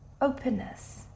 Openness